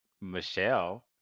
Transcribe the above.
Michelle